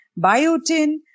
biotin